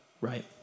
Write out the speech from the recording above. right